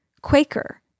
Quaker